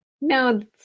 No